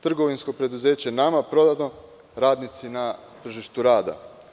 Trgovinsko preduzeće „Nama“ prodato je a radnici su na tržištu rada.